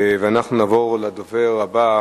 אנחנו נעבור לדובר הבא.